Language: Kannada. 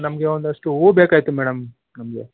ಆ ನಮಗೆ ಒಂದಷ್ಟು ಹೂ ಬೇಕಾಯಿತು ಮೇಡಮ್ ನಮಗೆ